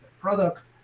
product